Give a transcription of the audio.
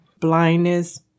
blindness